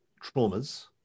traumas